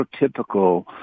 prototypical